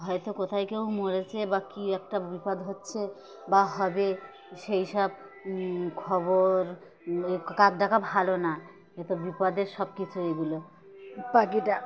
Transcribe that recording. হয়তো কোথায় কেউ মরেছে বা কী একটা বিপদ হচ্ছে বা হবে সেই সব খবর কাক ডাকা ভালো না এ তো বিপদের সব কিছু এগুলো পাখিটা